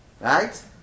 Right